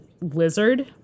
lizard